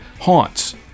haunts